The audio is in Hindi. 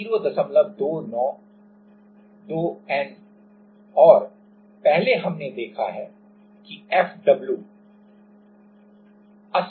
Fst0073×4×1 0292N और पहले हमने देखा है कि Fw 80000N हम उछाल की उपेक्षा कर रहे हैं ठीक है